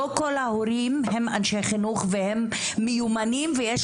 לא כל ההורים הם אנשי חינוך והם מיומנים ויש